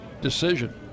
decision